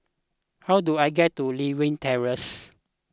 how do I get to Lewin Terrace